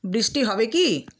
বৃষ্টি হবে কি